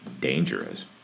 dangerous